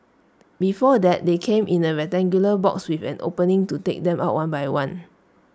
before that they came in A rectangular box with an opening to take them out one by one